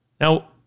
Now